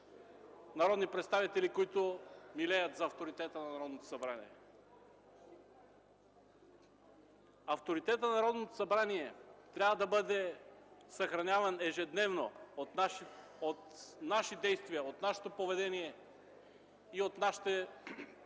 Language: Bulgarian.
народни представители, които милеят за авторитета на Народното събрание. Авторитетът на Народното събрание трябва да бъде съхраняван ежедневно от наши действия, от нашето поведение и от нашите